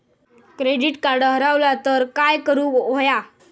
Credit card हरवला तर काय करुक होया?